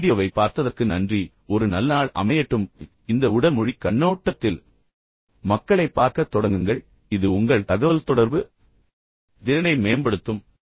இந்த வீடியோவைப் பார்த்ததற்கு நன்றி ஒரு நல்ல நாள் அமையட்டும் இந்த உடல் மொழி கண்ணோட்டத்தில் மக்களைப் பார்க்கத் தொடங்குங்கள் இது உங்கள் தகவல்தொடர்பு திறனை மேம்படுத்தும்